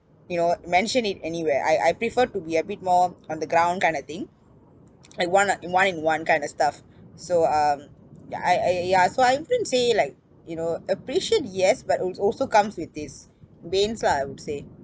you know mention it anywhere I I prefer to be a bit more on the ground kind of thing like one a in one in one kind of stuff so um yeah I I I ya so I wouldn't say it like you know appreciate yes but it also comes with it's banes lah I would say